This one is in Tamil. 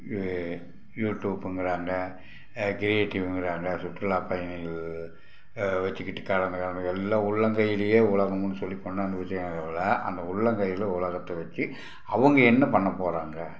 இது யூடியூப்புங்கிறாங்க க்ரியேட்டிவ்வுங்கிறாங்க சுற்றுலாப்பயணிகள் வச்சிக்கிட்டு எல்லாம் உள்ளங்கையிலையே உலகமுன்னு சொல்லி கொண்டாந்து வச்சி அந்த உள்ளங்கையில் உலகத்தை வச்சி அவங்க என்ன பண்ணப் போகிறாங்க